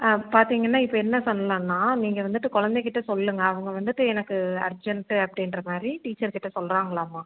பார்த்தீங்கன்னா இப்போ என்ன சொன்னன்னால் நீங்கள் வந்துட்டு கொழந்தைகிட்ட சொல்லுங்க அவங்க வந்துட்டு எனக்கு அர்ஜென்ட்டு அப்படின்ற மாதிரி டீச்சர் கிட்ட சொல்கிறாங்களாம்மா